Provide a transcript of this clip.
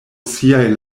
siaj